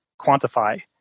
quantify